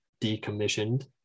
decommissioned